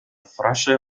frösche